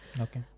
Okay